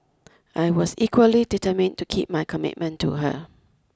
I was equally determined to keep my commitment to her